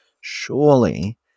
surely